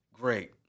Great